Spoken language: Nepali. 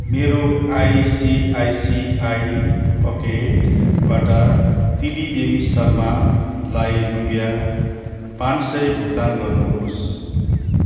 मेरो आइसिआइसिआई पकेटबाट तिली देवी शर्मालाई रुपियाँ पाँच सय भुक्तान गर्नुहोस्